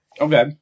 Okay